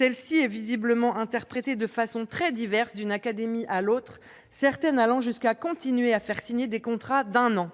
est visiblement interprétée de façon très diverse d'une académie à l'autre, certaines allant jusqu'à continuer à faire signer des contrats d'un an.